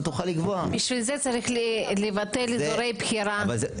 תוכל לקבוע --- בשביל זה צריך לבטל אזורי בחירה.